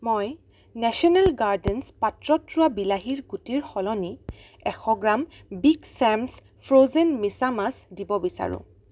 মই national gardens পাত্ৰত ৰোৱা বিলাহীৰ গুটিৰ সলনি এশ গ্ৰাম বিগ চেম্ছ ফ্ৰ'জেন মিছামাছ দিব বিচাৰোঁ